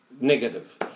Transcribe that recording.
negative